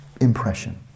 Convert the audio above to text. impression